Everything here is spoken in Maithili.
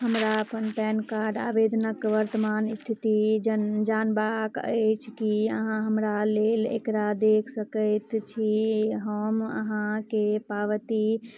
हमरा अपन पैन कार्ड आवेदनक वर्तमान स्थिति जानबाक अछि की अहाँ हमरा लेल एकरा देख सकैत छी हम अहाँकेॅं पावती